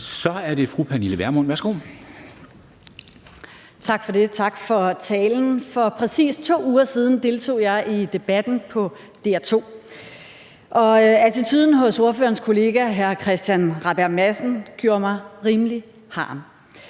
Kl. 09:34 Pernille Vermund (NB): Tak for det, og tak for talen. For præcis 2 uger siden deltog jeg i Debatten på DR2, og attituden hos ordførerens kollega hr. Christian Rabjerg Madsen gjorde mig rimelig harm.